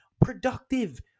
productive